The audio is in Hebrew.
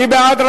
מי בעד?